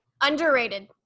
Underrated